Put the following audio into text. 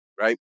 right